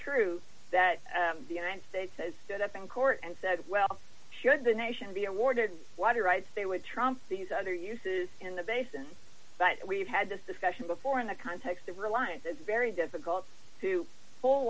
true that the united states says stood up in court and said well should the nation be awarded what rights they would trump these other uses in the basin but we've had this discussion before in the context of reliance it's very difficult to pull